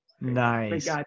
nice